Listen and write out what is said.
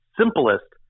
simplest